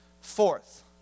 Fourth